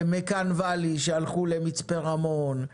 למקאן ואלי, שהלכו למצפה רמון,